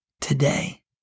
today